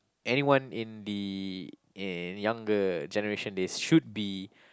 anyone in the uh younger generation they should be